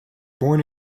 born